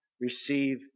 receive